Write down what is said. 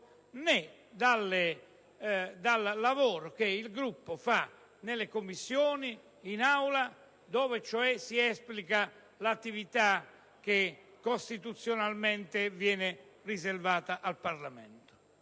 né dal lavoro che il Gruppo stesso fa nelle Commissioni e in Aula, dove cioè si esplica l'attività costituzionalmente riservata al Parlamento.